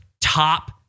top